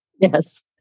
Yes